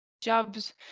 jobs